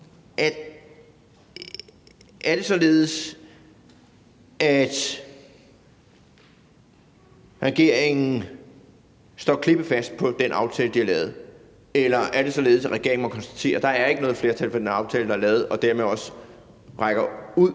Er det således, at regeringen står klippefast på den aftale, de har lavet, eller er det således, at regeringen må konstatere, at der ikke er noget flertal for den aftale, der er lavet, og dermed også rækker ud